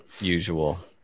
usual